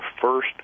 first